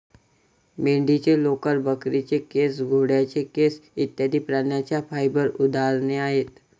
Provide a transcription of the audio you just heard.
मेंढीचे लोकर, बकरीचे केस, घोड्याचे केस इत्यादि प्राण्यांच्या फाइबर उदाहरणे आहेत